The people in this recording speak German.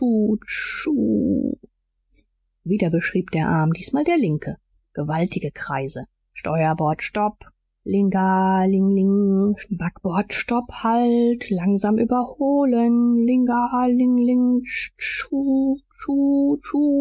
wieder beschrieb der arm diesmal der linke gewaltige kreise steuerbord stopp ling a ling ling backbord stopp halt langsam überholen ling